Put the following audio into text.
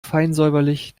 feinsäuberlich